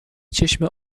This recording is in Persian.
چشمه